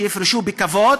שיפרשו בכבוד,